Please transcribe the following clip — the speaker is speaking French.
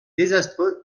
désastreux